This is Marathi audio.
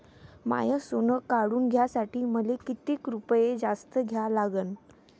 माय सोनं काढून घ्यासाठी मले कितीक रुपये जास्त द्या लागन?